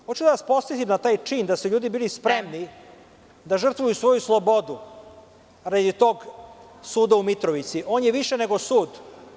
Hoću da vas podsetim na taj čin da su ljudi bili spremni da žrtvuju svoju slobodu radi tog suda u Mitrovici. (Predsedavajuća: Vreme.) On je više nego sud.